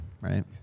right